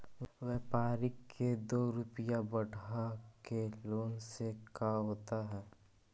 व्यापारिक के दो रूपया बढ़ा के लेने से का होता है?